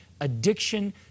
addiction